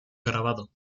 grabado